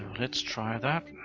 let's try that.